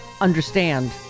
understand